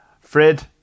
Fred